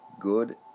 good